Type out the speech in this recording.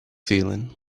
feeling